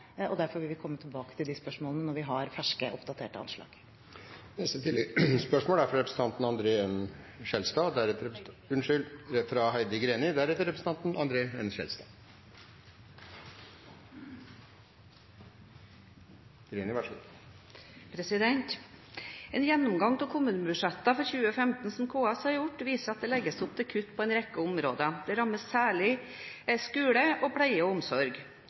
og vi vil komme tilbake til de spørsmålene når vi har ferske, oppdaterte anslag. Heidi Greni – til oppfølgingsspørsmål. En gjennomgang av kommunebudsjettene for 2015 som KS har gjort, viser at det legges opp til kutt på en rekke områder. Det rammer særlig skole og pleie og omsorg.